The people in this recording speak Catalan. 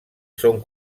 són